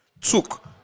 took